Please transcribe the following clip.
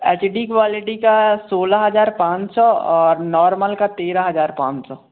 H D quality का सोलह हज़ार पाँच सौ और नॉर्मल का तेरह पाँच सौ